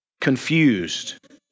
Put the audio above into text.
confused